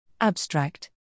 Abstract